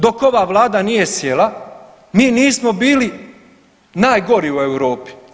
Dok ova Vlada nije sjela mi nismo bili najgori u Europi.